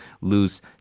lose